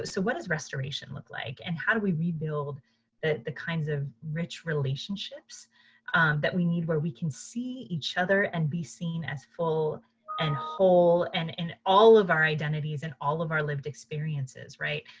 but so what does restoration look like and how do we we build the sort kind of rich relationships but we need where we can see each other and be seen as full and whole and and all of our identities and all of our lived experiences right?